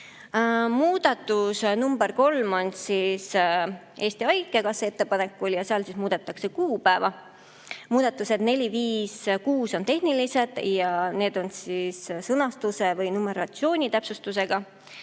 Muudatus nr 3 on tehtud Eesti Haigekassa ettepanekul ja seal muudetakse kuupäeva. Muudatused nr 4, 5 ja 6 on tehnilised ja need on seotud sõnastuse või numeratsiooni täpsustusega.